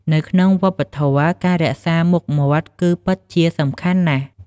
នៅក្នុងវប្បធម៌ ការរក្សាមុខមាត់គឺពិតជាសំខាន់ណាស់។